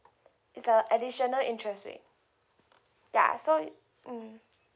it's a additional interest rate ya so mm